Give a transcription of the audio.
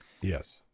Yes